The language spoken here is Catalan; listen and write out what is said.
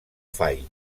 fai